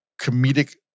comedic